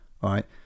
right